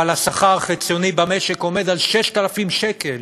אבל השכר החציוני במשק הוא 6,000 שקל,